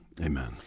Amen